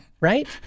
right